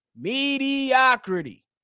mediocrity